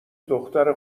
دختر